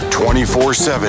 24-7